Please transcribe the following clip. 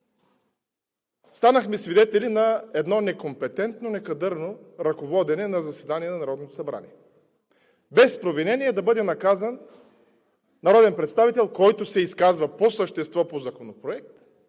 Станахме свидетели на едно некомпетентно, некадърно ръководене на заседание на Народното събрание – без провинение да бъде наказан народен представител, който се изказва по същество по законопроект,